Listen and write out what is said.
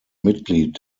mitglied